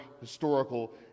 historical